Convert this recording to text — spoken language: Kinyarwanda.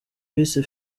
bise